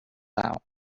out